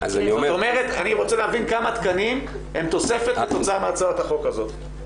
אני רוצה להבין כמה תקנים הם תוספת כתוצאה מהצעת החוק הזאת,